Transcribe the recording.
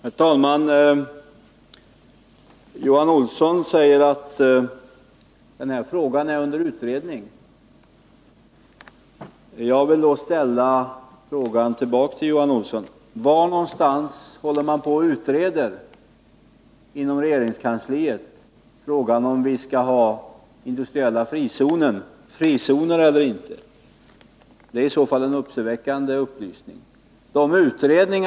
Herr talman! Johan Olsson säger att den här frågan är under utredning. Jag vill då ställa frågan till Johan Olsson: Var inom regeringskansliet håller man på med att utreda frågan om vi skall ha industriella frizoner eller inte? Finns det någon sådan utredning är det en uppseendeväckande upplysning.